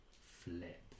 flip